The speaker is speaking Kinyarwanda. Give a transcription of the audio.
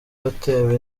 watewe